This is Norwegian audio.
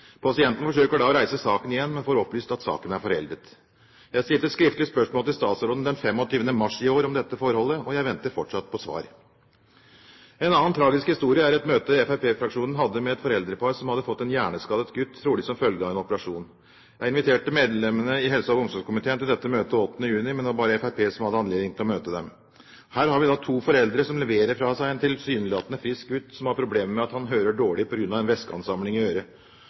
Pasienten forsøker da å reise saken igjen, men får opplyst at saken er foreldet. Jeg stilte skriftlig spørsmål til statsråden den 25. mars i år om dette forholdet, og jeg venter fortsatt på svar. En annen tragisk historie er et møte fremskrittspartifraksjonen hadde med et foreldrepar med en gutt som hadde fått en hjerneskade, trolig som følge av en operasjon. Jeg inviterte medlemmene i helse- og omsorgskomiteen til dette møtet den 8. juni, men det var bare Fremskrittspartiet som hadde anledning til å møte dem. Her har vi da to foreldre som leverer fra seg en tilsynelatende frisk gutt som har problemer med at han hører dårlig på grunn av en